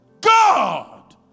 God